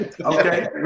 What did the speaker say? Okay